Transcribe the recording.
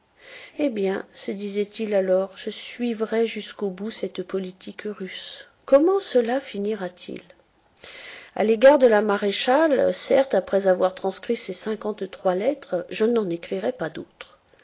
eh bien se disait-il alors je suivrai jusqu'au bout cette politique russe comment cela finira-t-il a l'égard de la maréchale certes après avoir transcrit ces cinquante-trois lettres je n'en écrirai pas d'autres